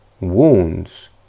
Wounds